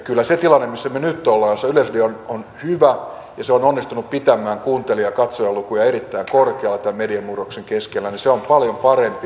kyllä se tilanne missä me nyt olemme jossa yleisradio on hyvä ja se on onnistunut pitämään kuuntelija katsojalukuja erittäin korkealla tämän mediamurroksen keskellä on paljon parempi